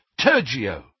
Turgio